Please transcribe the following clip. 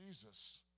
Jesus